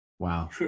wow